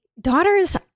daughter's